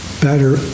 better